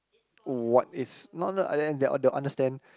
what is not not the other enf they'll they'll understand